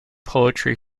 poetry